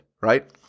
right